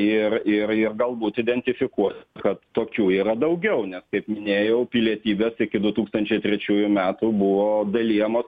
ir ir jie galbūt identifikuosis kad tokių yra daugiau nes kaip minėjau pilietybės iki du tūkstančiai trečiųjų metų buvo dalijamos